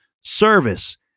service